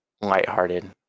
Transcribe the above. lighthearted